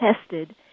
tested